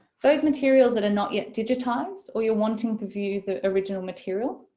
those materials that are not yet digitized or you're wanting to view the original material,